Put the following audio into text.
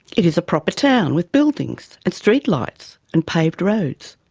it is a proper town with buildings and street lights and paved roads.